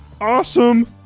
awesome